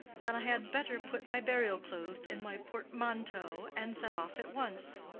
then i had better put my burial-clothes in my portmanteau and set off at once.